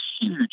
huge